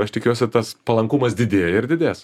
aš tikiuosi tas palankumas didėja ir didės